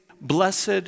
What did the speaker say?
blessed